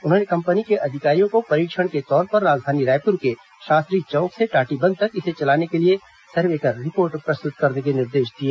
उन्होंने कंपनी के अधिकारियों को परीक्षण के तौर पर राजधानी रायपुर के शास्त्री चौक से टाटीबंध तक इसे चलाने के लिए सर्वे कर रिपोर्ट प्रस्तुत करने के निर्देश दिए